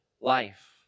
life